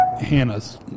Hannah's